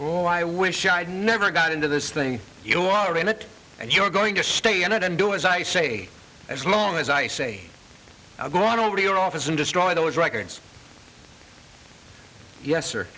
well i wish i'd never got into this thing you are in it and you're going to stay in it and do as i say as long as i say i'll go on over to your office and destroy those records yes